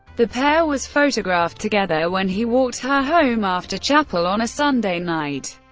the pair was photographed together when he walked her home after chapel on a sunday night.